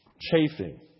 chafing